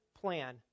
plan